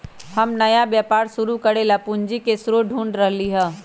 हम नया व्यापार शुरू करे ला पूंजी के स्रोत ढूढ़ रहली है